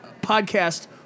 podcast